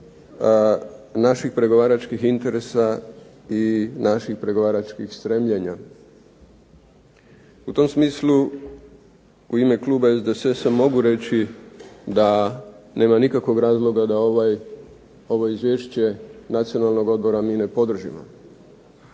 naših pregovaračkih interesa i naših pregovaračkih stremljenja. U tom smislu u ime kluba SDSS-a mogu reći da nema nikakvog razloga da ovo izvješće Nacionalnog odbora mi ne podržimo.